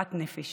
ו"מחלת נפש".